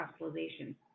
hospitalization